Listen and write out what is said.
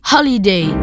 Holiday